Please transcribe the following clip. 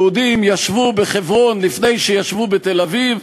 יהודים ישבו בחברון לפני שישבו בתל-אביב.